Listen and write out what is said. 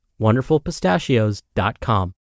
wonderfulpistachios.com